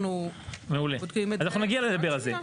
אנחנו בודקים את זה.